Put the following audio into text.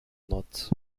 noc